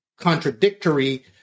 contradictory